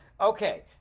Okay